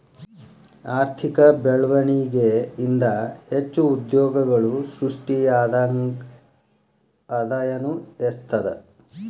ಆರ್ಥಿಕ ಬೆಳ್ವಣಿಗೆ ಇಂದಾ ಹೆಚ್ಚು ಉದ್ಯೋಗಗಳು ಸೃಷ್ಟಿಯಾದಂಗ್ ಆದಾಯನೂ ಹೆಚ್ತದ